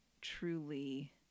truly